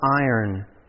iron